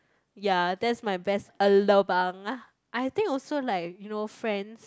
ya that's my best a lobang I think also like you know friends